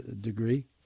degree